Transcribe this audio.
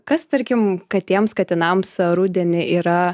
kas tarkim katėms katinams rudenį yra